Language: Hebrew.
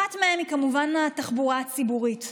אחת מהן היא כמובן התחבורה הציבורית.